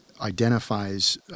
identifies